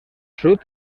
sud